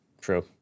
True